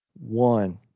One